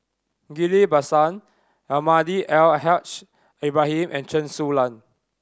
Ghillie Basan Almahdi Al Haj Ibrahim and Chen Su Lan